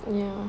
ya